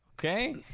Okay